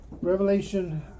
Revelation